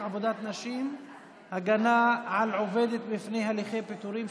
עבודת נשים (הגנה על עובדת מפני הליכי פיטורים),